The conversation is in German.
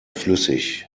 flüssig